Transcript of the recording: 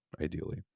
ideally